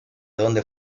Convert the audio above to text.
donde